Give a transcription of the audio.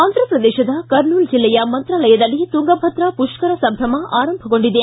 ಆಂಧಪ್ರದೇಶದ ಕರ್ನೂಲ್ ಜಿಲ್ಲೆಯ ಮಂತ್ರಾಲಯದಲ್ಲಿ ತುಂಗಭದ್ರ ಪುಷ್ಕರ ಸಂಭ್ರಮ ಆರಂಭಗೊಂಡಿದೆ